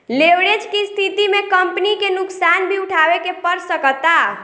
leverage के स्थिति में कंपनी के नुकसान भी उठावे के पड़ सकता